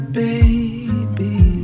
baby